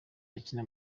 akina